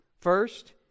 First